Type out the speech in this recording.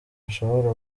nshobora